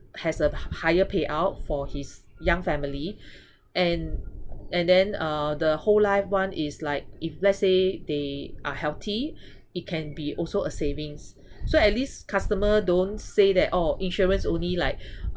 has a high higher payout for his young family and and then uh the whole life one is like if let's say they are healthy it can be also a savings so at least customer don't say that oh insurance only like